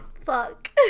Fuck